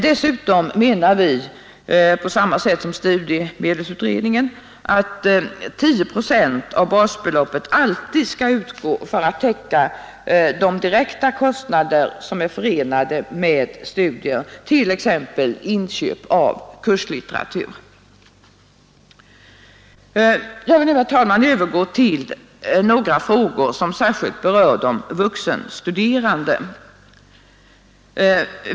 Dessutom anser vi liksom studiemedelsutredningen att 10 procent av basbeloppet alltid skall utgå för att täcka de direkta kostnader som är förenade med studier — t.ex. inköp av kurslitteratur. Jag vill nu, herr talman, övergå till några frågor som särskilt berör de vuxenstuderande.